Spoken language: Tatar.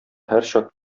һәрчак